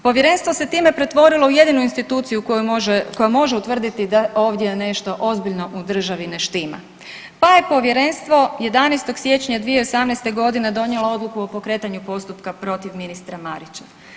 Povjerenstvo se time pretvorilo u jedinu instituciju koja može utvrditi da ovdje nešto ozbiljno u državi ne štima, pa je povjerenstvo 11. siječnja 2018.g. donijelo odluku o pokretanju postupka protiv ministra Marića.